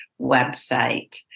website